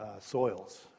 soils